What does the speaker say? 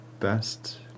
best